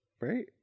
right